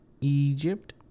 Egypt